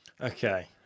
Okay